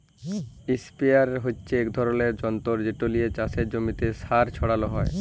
ইসপেরেয়ার হচ্যে এক ধরলের যন্তর যেট লিয়ে চাসের জমিতে সার ছড়ালো হয়